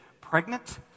pregnant